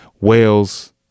Wales